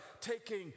taking